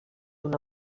una